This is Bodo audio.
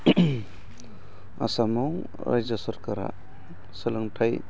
आसामाव राइजो सरखारा सोलोंथाय